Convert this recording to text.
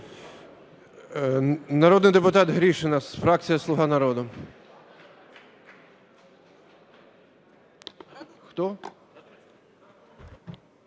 Народний депутат Гришина, фракція "Слуга народу".